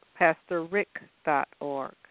pastorrick.org